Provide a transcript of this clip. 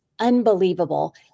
unbelievable